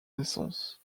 naissance